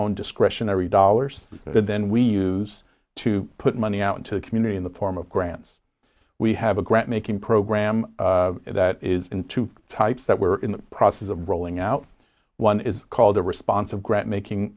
own discretionary dollars and then we use to put money out into the community in the form of grants we have a grant making program that is in two types that were in the process of rolling out one is called the response of grant